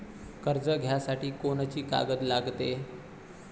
कर्ज घ्यासाठी कोनची कागद लागते?